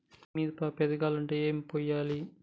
మిరప పెరగాలంటే ఏం పోయాలి?